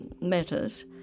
matters